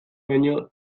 baino